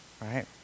right